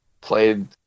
played